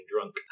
drunk